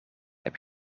heb